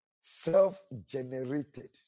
self-generated